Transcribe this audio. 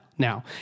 now